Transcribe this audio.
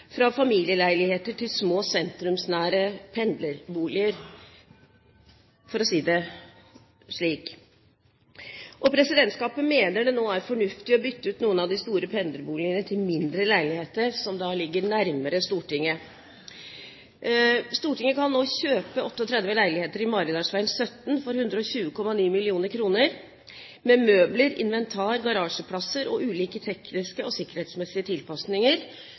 fra behov for familieleiligheter til behov for små, sentrumsnære pendlerboliger, for å si det slik, og presidentskapet mener det nå er fornuftig å bytte ut noen av de store pendlerboligene med mindre leiligheter som ligger nærmere Stortinget. Stortinget kan nå kjøpe 38 leiligheter i Maridalsveien 17 for 129,9 mill. kr. Med møbler, inventar, garasjeplasser og ulike tekniske og sikkerhetsmessige tilpasninger